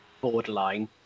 borderline